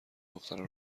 دخترا